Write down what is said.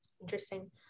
Interesting